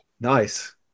Nice